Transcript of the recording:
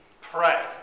pray